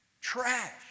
trash